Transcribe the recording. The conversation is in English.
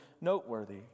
noteworthy